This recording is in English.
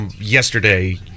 yesterday